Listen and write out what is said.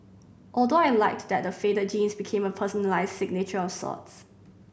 although I liked that the faded jeans became a personalised signature of sorts